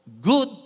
good